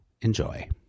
enjoy